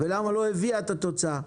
ולמה היא לא הביאה את התוצאה?